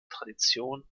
tradition